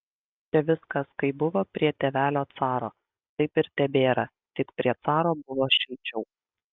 čia viskas kaip buvo prie tėvelio caro taip ir tebėra tik prie caro buvo šilčiau